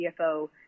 CFO